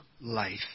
life